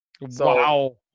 Wow